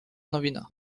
nowina